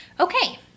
Okay